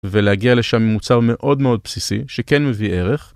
ולהגיע לשם עם מוצר מאוד מאוד בסיסי שכן מביא ערך.